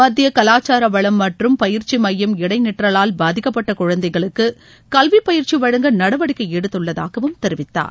மத்திய கலாச்சார வளம் மற்றும் பயிற்சி மையம் இடை நிற்றவால் பாதிக்கப்பட்ட குழந்தைகளுக்கு கல்விப் பயிற்சி வழங்க நடவடிக்கை எடுத்துள்ளதாகத் தெரிவித்தார்